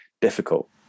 difficult